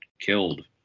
killed